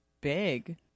big